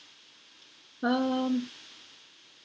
um